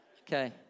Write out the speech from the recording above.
Okay